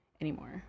anymore